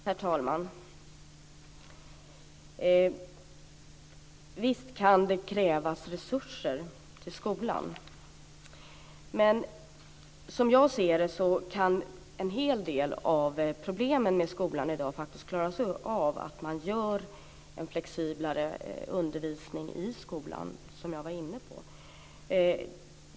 Herr talman! Visst kan det krävas resurser till skolan. Som jag ser det kan dock en hel del av problemen med skolan i dag faktiskt klaras med en flexiblare undervisning, såsom jag var inne på.